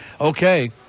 Okay